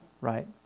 right